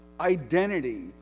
identity